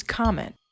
comment